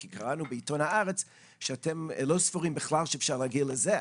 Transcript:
כי קראנו בעיתון 'הארץ' שאתם לא סבורים בכלל שאפשר להגיע לזה,